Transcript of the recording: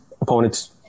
opponents